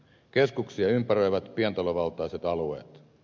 keskuksia ympäröivät pientalovaltaiset alueet